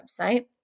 website